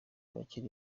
abakiri